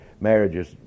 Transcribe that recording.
marriages